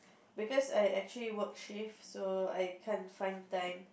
because I actually work shifts so I can't find time